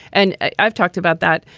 and i've talked about that.